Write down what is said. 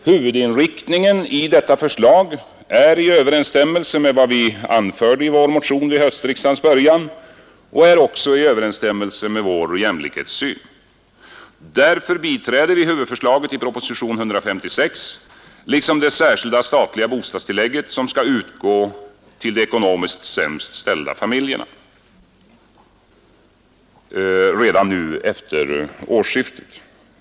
Huvudinriktningen i detta förslag är i överensstämmelse med vad vi anförde i vår motion vid höstriksdagens början och står också i överensstämmelse med vår jämlikhetssyn. Därför biträder vi huvudförslaget i propostionen 156 liksom det särskilda statliga bostadstillägget, som skall utgå till de ekonomiskt sämst ställda familjerna redan nu vid årsskiftet.